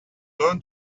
learn